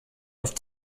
auf